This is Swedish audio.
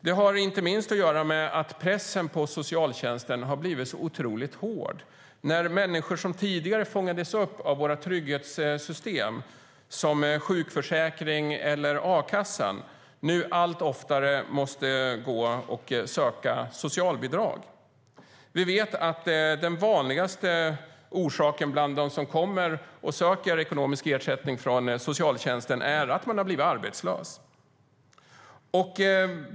Det har inte minst att göra med att pressen på socialtjänsten har blivit otroligt hård. Människor som tidigare fångades upp av våra trygghetssystem som sjukförsäkring eller a-kassan måste nu allt oftare gå och söka socialbidrag. Vi vet att den vanligaste orsaken bland dem som kommer och söker ekonomisk ersättning från socialtjänsten är att de har blivit arbetslösa.